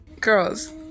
Girls